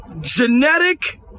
Genetic